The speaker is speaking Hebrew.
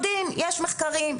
יודעים, יש מחקרים.